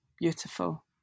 beautiful